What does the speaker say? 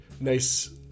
nice